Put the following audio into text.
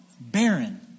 Barren